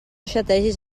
xategis